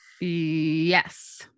yes